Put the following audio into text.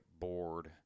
bored